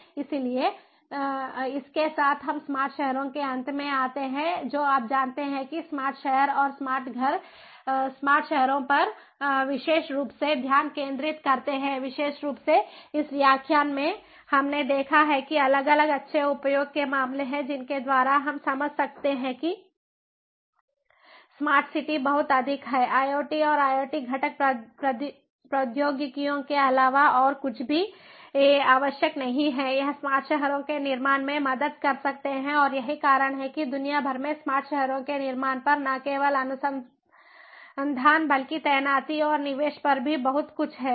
इसलिए इसके साथ हम स्मार्ट शहरों के अंत में आते हैं जो आप जानते हैं कि स्मार्ट शहर और स्मार्ट घर स्मार्ट शहरों पर विशेष रूप से ध्यान केंद्रित करते हैं विशेष रूप से इस व्याख्यान में हमने देखा है कि अलग अलग अच्छे उपयोग के मामले हैं जिनके द्वारा हम समझ सकते हैं कि स्मार्ट सिटी बहुत अधिक है IoT और IoT घटक प्रौद्योगिकियों के अलावा और कुछ भी आवश्यक नहीं है यह स्मार्ट शहरों के निर्माण में मदद कर सकते हैं और यही कारण है कि दुनिया भर में स्मार्ट शहरों के निर्माण पर न केवल अनुसंधान बल्कि तैनाती और निवेश पर भी बहुत कुछ है